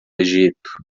egito